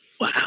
Wow